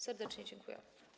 Serdecznie dziękuję.